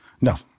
No